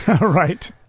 Right